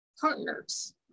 partners